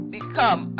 become